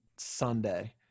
Sunday